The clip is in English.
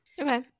Okay